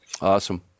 Awesome